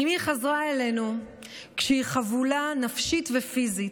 אימי חזרה אלינו כשהיא חבולה נפשית ופיזית,